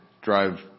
drive